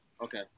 okay